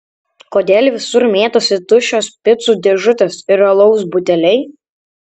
kodėl visur mėtosi tuščios picų dėžutės ir alaus buteliai